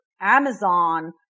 Amazon